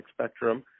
spectrum